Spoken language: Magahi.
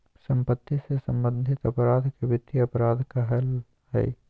सम्पत्ति से सम्बन्धित अपराध के वित्तीय अपराध कहइ हइ